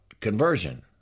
conversion